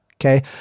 Okay